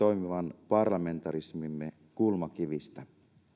toimivan parlamentarismimme kulmakivistä